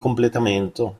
completamento